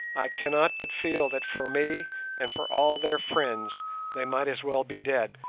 i cannot but feel that for me and for all their friends they might as well be dead,